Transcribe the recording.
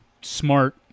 smart